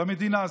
במדינה הזאת.